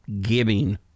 giving